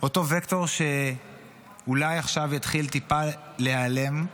אותו וקטור שאולי עכשיו התחיל טיפה להיעלם,